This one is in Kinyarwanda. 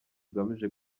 ugamije